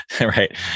Right